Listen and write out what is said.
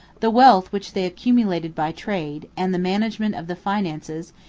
the wealth which they accumulated by trade, and the management of the finances,